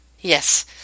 Yes